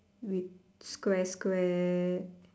with square square